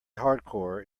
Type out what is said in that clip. hardcore